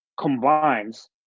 combines